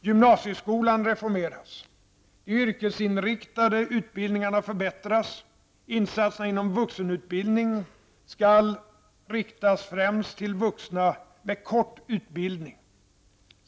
Gymnasieskolan reformeras. De yrkesinriktade utbildningarna förbättras. Insatserna inom vuxenutbildningen skall riktas främst till vuxna med kort utbildning.